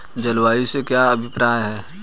जलवायु से क्या अभिप्राय है?